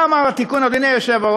מה אמר התיקון, אדוני היושב-ראש?